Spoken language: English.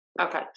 Okay